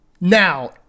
Now